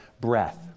breath